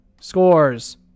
Scores